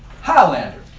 Highlander